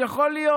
יכול להיות,